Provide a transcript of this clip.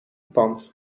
pand